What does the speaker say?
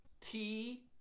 T-